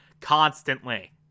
constantly